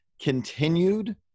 continued